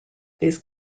these